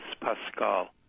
Pascal